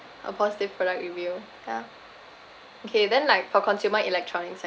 a positive product review ya okay then like for consumer electronics